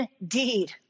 indeed